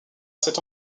cet